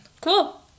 Cool